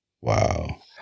Wow